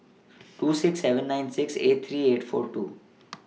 two six seven nine six eight three eight four two